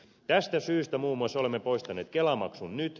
tästä syystä muun muassa olemme poistaneet kelamaksun nyt